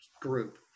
group